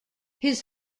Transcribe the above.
his